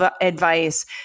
advice